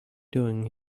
doing